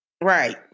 Right